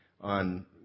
on